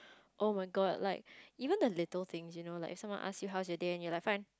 oh-my-god like even the little thing you know like someone ask you how's your day and you like fine